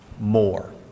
More